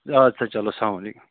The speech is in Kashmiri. آد سا چلو سلامُ علیکُم